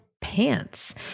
PANTS